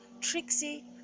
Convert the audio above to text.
Trixie